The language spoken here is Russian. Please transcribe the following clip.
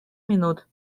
минут